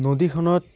নদীখনত